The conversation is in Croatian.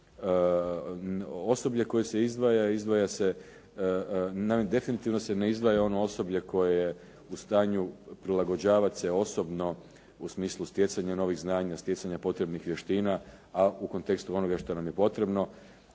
Osoblje koje se izdvaja, izdvaja se naime definitivno se ne izdvaja ono osoblje koje je u stanju prilagođavati se osobno u smislu stjecanja novih znanja, stjecanja potrebnih vještina, a u kontekstu onoga što nam je potrebno.